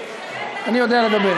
אני יודע לדבר.